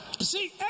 See